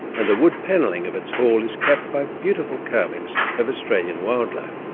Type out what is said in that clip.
and the wood panelling of its hall is capped by beautiful carvings of australian wildlife.